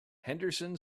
henderson